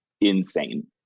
insane